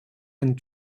and